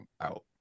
out